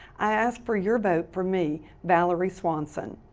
i ask for your vote for me, valoree swanson.